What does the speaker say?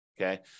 okay